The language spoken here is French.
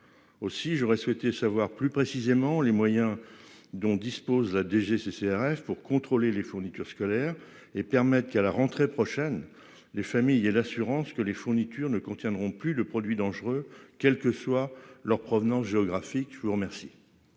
Aussi, j'aurais souhaité savoir plus précisément les moyens dont dispose la DGCCRF pour contrôler les fournitures scolaires et permettent qu'à la rentrée prochaine, les familles et l'assurance que les fournitures ne contiendront plus le produit dangereux. Quel que soit leur provenance géographique. Je vous remercie.